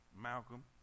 Malcolm